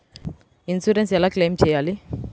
Insurance ఎలా claim చేయాలి?